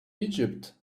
egypt